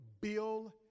Bill